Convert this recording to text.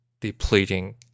depleting